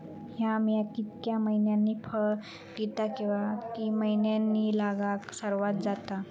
हया बिया कितक्या मैन्यानी फळ दिता कीवा की मैन्यानी लागाक सर्वात जाता?